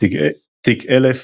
תיק 1000,